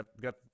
got